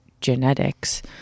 genetics